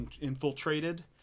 infiltrated